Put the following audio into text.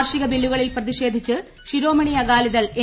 കാർഷിക ബില്ലുകളിൽ പ്രതിഷേധിച്ച് ശിരോമണി അകാലിദൾ എൻ